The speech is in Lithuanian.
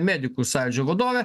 medikų sąjūdžio vadovė